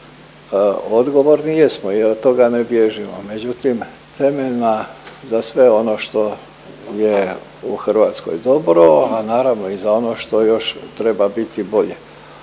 odgovorni, jesmo i od toga ne bježimo. Međutim, temeljna za sve ono što je u Hrvatskoj dobro, a naravno i za ono što još treba biti bolje,